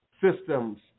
systems